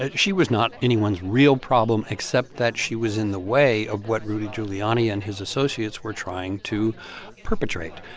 ah she was not anyone's real problem, except that she was in the way of what rudy giuliani and his associates were trying to perpetrate,